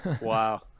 wow